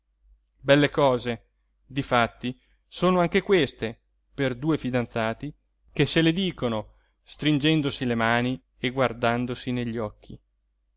belle cose difatti sono anche queste per due fidanzati che se le dicono stringendosi le mani e guardandosi negli occhi